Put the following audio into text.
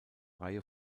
reihe